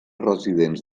residents